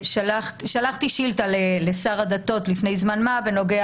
שלחתי שאילתה לשר הדתות לפני זמן מה בנוגע